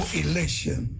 election